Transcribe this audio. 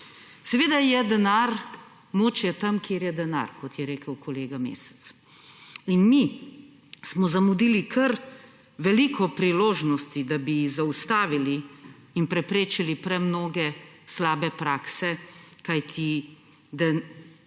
Seveda, moč je tam, kjer je denar, kot je rekel kolega Mesec. In mi smo zamudili kar veliko priložnosti, da bi zaustavili in preprečili premnoge slabe prakse, kajti denar